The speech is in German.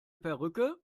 perücke